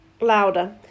louder